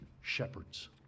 shepherds